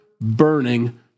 burning